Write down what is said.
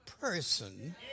person